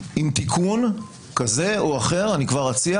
עם תיקון כזה או אחר אני כבר אציע